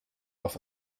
auf